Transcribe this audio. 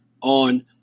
on